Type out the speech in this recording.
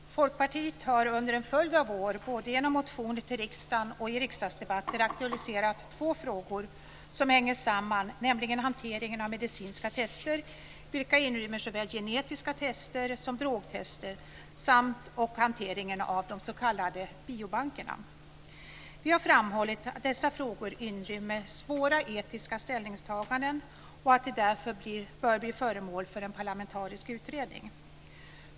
Herr talman! Folkpartiet har under en följd av år både genom motioner till riksdagen och i riksdagsdebatter aktualiserat två frågor som hänger samman, nämligen hanteringen av medicinska test, vilka inrymmer såväl genetiska test som drogtest, samt hanteringen av de s.k. biobankerna. Vi har framhållit att dessa frågor inrymmer svåra etiska ställningstaganden och att de därför bör bli föremål för en parlamentarisk utredning.